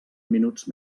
minuts